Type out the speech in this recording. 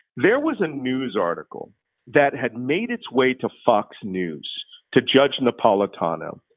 there was a news article that had made its way to fox news to judge napolitano,